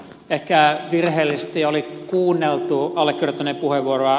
ehkä virheellisesti oli kuunneltu allekirjoittaneen puheenvuoroa